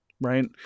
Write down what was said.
right